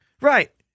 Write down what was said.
Right